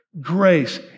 Grace